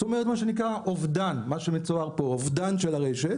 מה שמתואר פה אובדן של הרשת